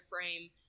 frame